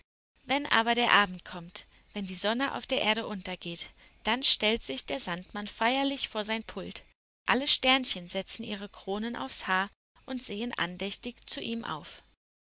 wenn aber der abend kommt wenn die sonne auf der erde untergeht dann stellt sich der sandmann feierlich vor sein pult alle sternchen setzen ihre kronen aufs haar und sehen andächtig zu ihm auf